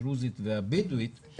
הדרוזית והבדואית,